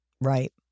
Right